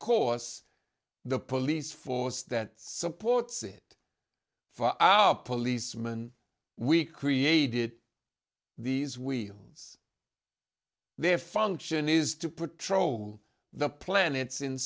course the police force that supports it our policeman we created these whelan's their function is to patrol the planets in